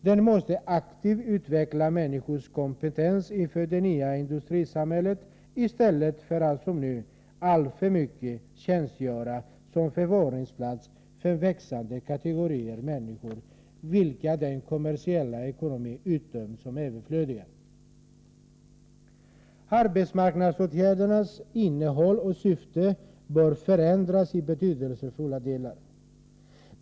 Den måste aktivt utveckla människors kompetens i det nya industrisamhället, i stället för att som nu alltför mycket skapa förvaringsplatser för växande kategorier av människor vilka den kommersiella ekonomin utdömt som överflödiga. Arbetsmarknadsåtgärdernas innehåll och syfte bör förändras i betydelsefulla delar.